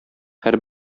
һәр